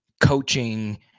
coaching